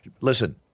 Listen